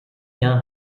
jahr